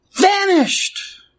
vanished